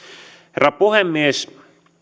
herra puhemies